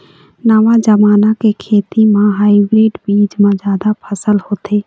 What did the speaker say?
नवा जमाना के खेती म हाइब्रिड बीज म जादा फसल होथे